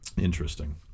Interesting